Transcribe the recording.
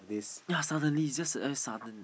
ya suddenly it's just a sudden